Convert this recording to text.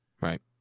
right